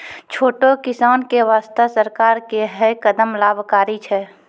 छोटो किसान के वास्तॅ सरकार के है कदम लाभकारी छै